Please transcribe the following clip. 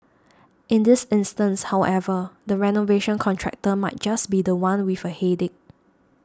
in this instance however the renovation contractor might just be the one with a headache